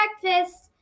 breakfast